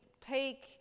take